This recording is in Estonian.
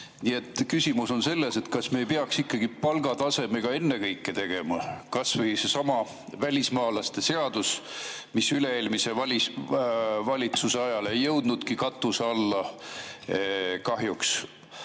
küsimus on selles, kas me ei peaks ikkagi palgatasemega ennekõike tegelema. Kas või seesama välismaalaste seadus, mis üle-eelmise valitsuse ajal kahjuks ei jõudnudki katuse alla